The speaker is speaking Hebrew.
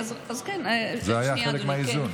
זה היה חלק מהאיזון.